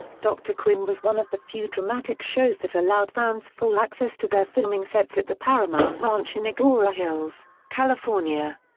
dr. quinn was one of the few dramatic shows that allowed fans full access to their filming sets at the paramount ranch in agoura hills, california.